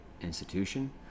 institution